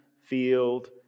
field